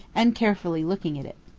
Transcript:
and carefully looking at it.